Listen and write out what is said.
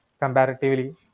comparatively